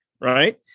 right